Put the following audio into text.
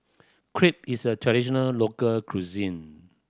crepe is a traditional local cuisine